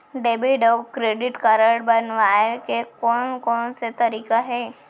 Debit अऊ credit card बनवाए के कोन कोन से तरीका हे?